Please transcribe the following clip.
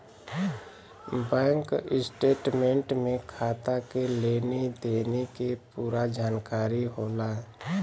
bank statement में खाता के लेनी देनी के पूरा जानकारी होला